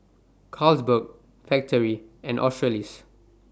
Carlsberg Factorie and Australis